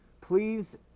Please